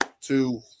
two